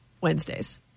wednesdays